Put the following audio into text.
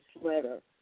letter